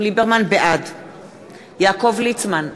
בעד יעקב ליצמן,